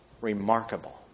remarkable